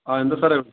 ആ എന്താണ് സാറേ